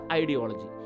ideology